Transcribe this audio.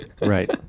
Right